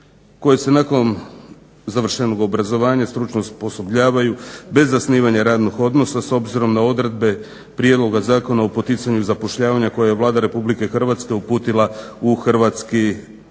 koje se nakon završenog obrazovanja stručno osposobljavaju bez zasnivanja radnog odnosa s obzirom na odredbe prijedloga Zakona o poticanju zapošljavanja koji je Vlada Republike Hrvatske uputila u Hrvatski sabor."